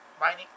mining